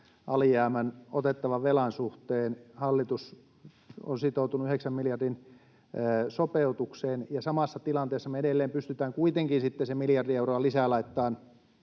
alijäämän, otettavan velan, suhteen, hallitus on sitoutunut yhdeksän miljardin sopeutukseen, ja samassa tilanteessa me edelleen pystytään kuitenkin se miljardi euroa lisää laittamaan